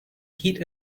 heat